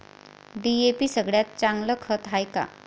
DAP सगळ्यात चांगलं खत हाये का?